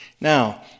Now